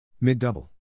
Mid-double